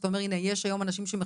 כשאתה אומר "יש אנשים שמחכים"